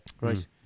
Right